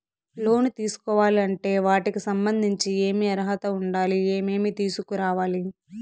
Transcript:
లోను తీసుకోవాలి అంటే వాటికి సంబంధించి ఏమి అర్హత ఉండాలి, ఏమేమి తీసుకురావాలి